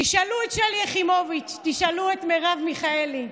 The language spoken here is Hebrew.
תשאלו את שלי יחימוביץ', תשאלו את מרב מיכאלי,